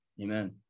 amen